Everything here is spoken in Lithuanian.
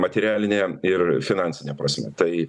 materialine ir finansine prasme tai